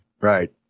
Right